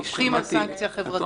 והולכים על סנקציה חברתית -- הבנתי.